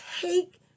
take